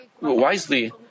wisely